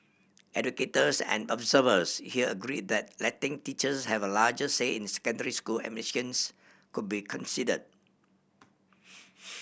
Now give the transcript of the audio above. educators and observers here agree that letting teachers have a larger say in secondary school admissions could be consider